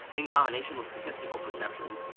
in combination with statistical perception,